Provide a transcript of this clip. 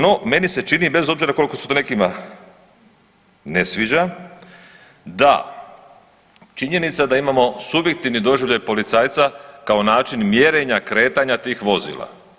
No, meni se čini bez obzira koliko se to nekima ne sviđa da činjenica da imamo subjektivni doživljaj policajca kao način mjerenja kretanja tih vozila.